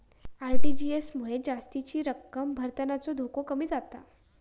RTGS मुळे जास्तीची रक्कम भरतानाचो धोको कमी जाता